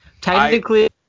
technically